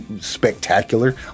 spectacular